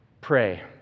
pray